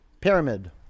pyramid